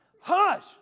Hush